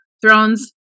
Thrones